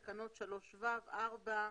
תקנות 3(ו), 4,